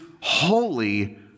holy